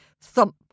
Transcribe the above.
Thump